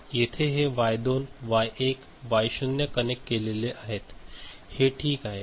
येथे हे वाय2 वाय1 वाय 0 कनेक्ट केलेले आहे ते ठीक आहे का